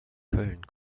köln